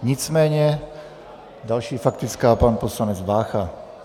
Nicméně další faktická, pan poslanec Vácha.